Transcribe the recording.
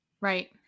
Right